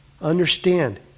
understand